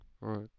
right